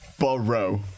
Borrow